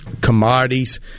commodities